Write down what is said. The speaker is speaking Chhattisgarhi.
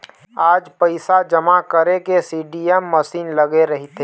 आज पइसा जमा करे के सीडीएम मसीन लगे रहिथे